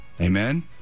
Amen